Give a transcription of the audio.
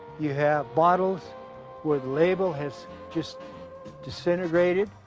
you have bottles where the label has just disintegrated.